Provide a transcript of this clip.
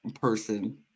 person